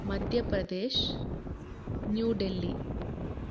Madhya Pradesh New Delhi